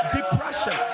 Depression